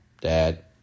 Dad